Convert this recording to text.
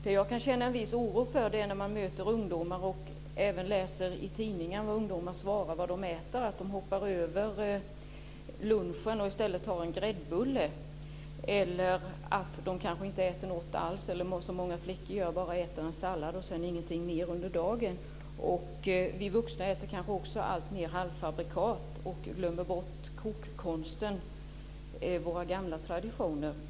Jag kan känna en viss oro när jag möter ungdomar, och även läser i tidningen när ungdomar svarar på frågan om vad de äter, över att de hoppar över lunchen och i stället tar en gräddbulle. Det kan också vara så att de inte äter något alls eller, som många flickor gör, bara äter en sallad och sedan ingenting mer under dagen. Vi vuxna äter kanske också alltmer halvfabrikat och glömmer bort kokkonsten, våra gamla traditioner.